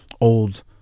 old